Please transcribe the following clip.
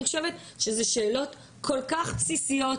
אני חושבת שאלה שאלות כל כך בסיסיות,